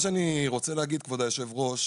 אני רוצה להגיד כבוד היושב ראש